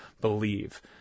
believe